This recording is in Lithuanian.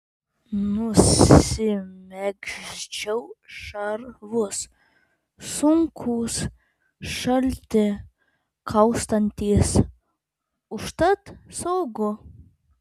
nusimegzčiau šarvus sunkūs šalti kaustantys užtat saugu